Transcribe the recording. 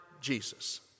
Jesus